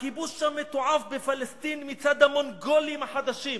"הכיבוש המתועב בפלסטין מצד המונגולים החדשים".